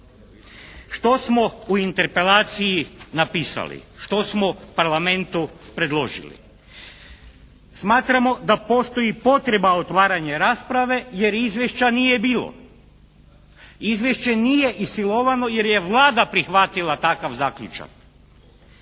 Što smo u Interpelaciji napisali, što smo Parlamentu predložili? Smatramo da postoji potreba otvaranja rasprave jer izvješća nije bilo. Izvješće nije isilovano jer je Vlada prihvatila takav zaključak.